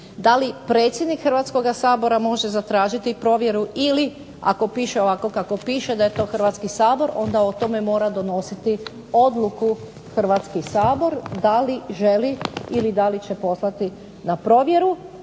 Da li predsjednik Hrvatskoga sabora može zatražiti provjeru, ili ako piše ovako kako piše da je to Hrvatski sabor, onda o tome mora donositi odluku Hrvatski sabor, da li želi ili da li će poslati na provjeru,